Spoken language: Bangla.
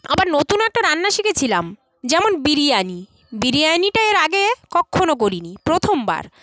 আবার নতুন একটা রান্না শিখেছিলাম যেমন বিরিয়ানি বিরিয়ানিটা এর আগে কক্ষনো করিনি প্রথমবার